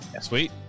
sweet